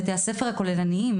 בתי הספר הכוללניים,